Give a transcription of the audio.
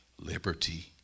liberty